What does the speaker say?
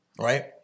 Right